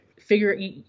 Figure